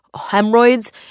hemorrhoids